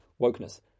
wokeness